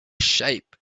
shape